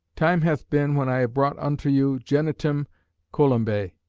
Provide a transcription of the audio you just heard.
time hath been when i have brought unto you genitum columbae,